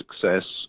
success